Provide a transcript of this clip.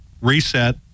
Reset